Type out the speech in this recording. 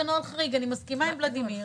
אני מסכימה עם ולדימיר,